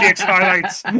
highlights